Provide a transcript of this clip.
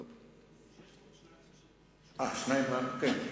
6 ועוד 2.3. אה, כן,